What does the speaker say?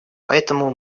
поэтому